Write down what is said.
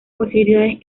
posibilidades